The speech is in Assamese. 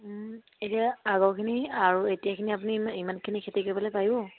এতিয়া আগৰখিনি আৰু এতিয়াখিনি আপুনি ইমা ইমানখিনি খেতি কৰিবলৈ পাৰিব